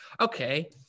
okay